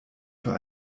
für